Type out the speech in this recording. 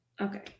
Okay